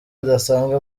budasanzwe